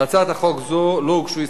להצעת חוק זו לא הוגשו הסתייגויות.